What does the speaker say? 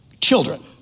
children